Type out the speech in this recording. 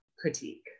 Critique